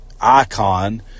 icon